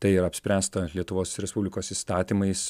tai yra apspręsta lietuvos respublikos įstatymais